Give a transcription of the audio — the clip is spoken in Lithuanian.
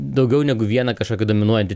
daugiau negu vieną kažkokį dominuojantį